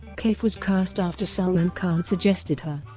kaif was cast after salman khan suggested her.